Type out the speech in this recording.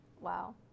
Wow